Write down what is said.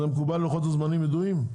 מקובל ולוחות הזמנים ידועים?